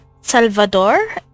salvador